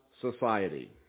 society